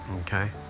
okay